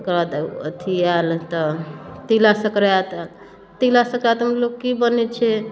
ओकर बाद अथी आयल तऽ तिला सङ्क्राति तिला सङ्क्रातिमे लोक की बनै छै